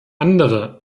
andere